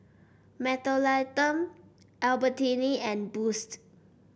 Mentholatum Albertini and Boost